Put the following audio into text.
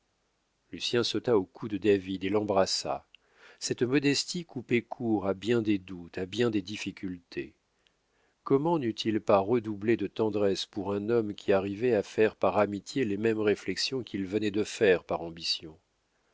lucien sauta au cou de david et l'embrassa cette modestie coupait court à bien des doutes à bien des difficultés comment n'eût-il pas redoublé de tendresse pour un homme qui arrivait à faire par amitié les mêmes réflexions qu'il venait de faire par ambition